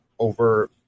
over